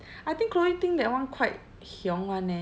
I think chloe ting that one quite hiong [one] eh